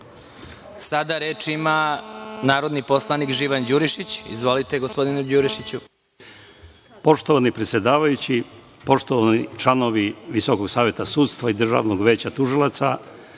reč ima poslanik Živan Đurišić. Izvolite. **Živan Đurišić** Poštovani predsedavajući, poštovani članovi Visokog saveta sudstva i Državnog veća tužilaca,